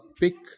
pick